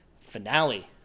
finale